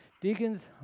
Deacons